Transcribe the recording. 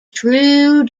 true